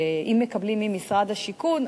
אם מקבלים ממשרד השיכון,